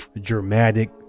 dramatic